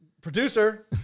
Producer